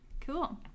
Cool